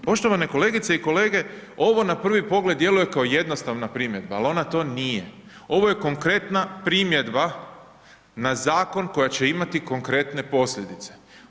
Poštovane kolegice i kolege, ovo na prvi pogled djeluje kao jednostavna primjedba, ali ona to nije, ovo je konkretna primjedba na zakon koja će imati konkretne posljedice.